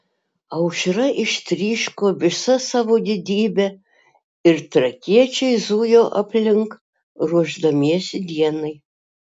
aušra ištryško visa savo didybe ir trakiečiai zujo aplink ruošdamiesi dienai